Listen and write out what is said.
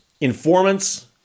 informants